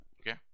Okay